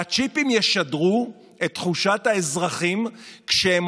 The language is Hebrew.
והצ'יפים ישדרו את תחושת האזרחים כשהם